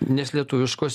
nes lietuviškos